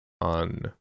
on